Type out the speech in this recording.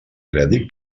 crèdit